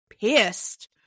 pissed